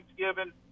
Thanksgiving